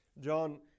John